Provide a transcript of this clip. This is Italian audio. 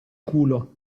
culo